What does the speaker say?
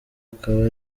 akaba